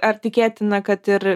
ar tikėtina kad ir